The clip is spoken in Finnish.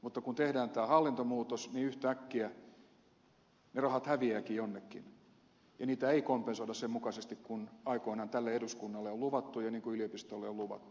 mutta kun tehdään tämä hallintomuutos niin yhtäkkiä ne rahat häviävätkin jonnekin ja niitä ei kompensoida sen mukaisesti kuin aikoinaan tälle eduskunnalle on luvattu ja niin kuin yliopistoille on luvattu